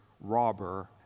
robber